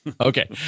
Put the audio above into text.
Okay